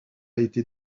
été